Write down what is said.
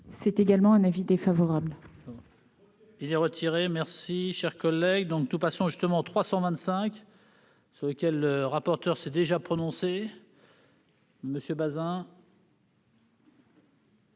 J'émets également un avis défavorable.